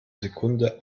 sekunde